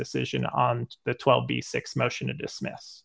decision on the twelve b six motion to dismiss